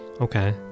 Okay